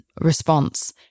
response